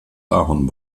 ahorn